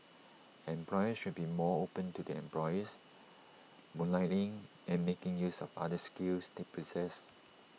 employers should be more open to their employees moonlighting and making use of other skills they possess